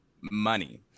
money